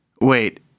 wait